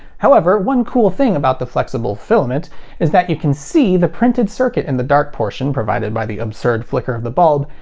however, one cool thing about the flexible filament is that you can see the printed circuit in the dark portion provided by the absurd flicker of the bulb,